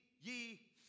ye